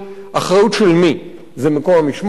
אחריות: של מי מקום המשמורת הזה.